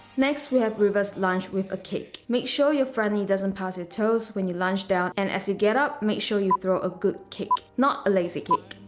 next we have reverse lunge with a kick. make sure you're front knee doesn't pass your toes when you lunge down and as you get up, make sure you throw a good kick, not a lazy kick.